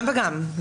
גם וגם.